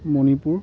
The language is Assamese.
মণিপুৰ